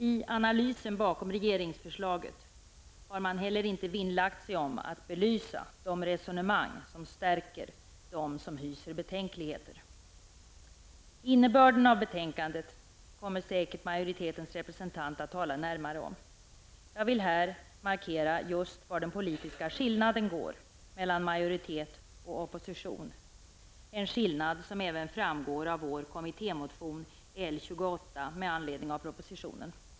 I analysen bakom regeringsförslaget har man inte heller vinnlagt sig om att belysa de resonemang som stärker dem som hyser betänkligheter. Majoritetens representant kommer säkert att tala närmare om innebörden av betänkandet. Jag vill här markera just var den politiska skillnaden går mellan majoritet och opposition. En skillnad som även framgår av vår kommittémotion L28 med anledning av propositionen.